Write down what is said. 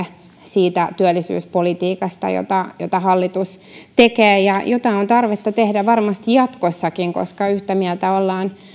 siitä työllisyyspolitiikasta jota hallitus tekee ja jota on tarvetta tehdä varmasti jatkossakin koska yhtä mieltä ollaan